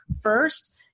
first